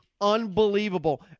unbelievable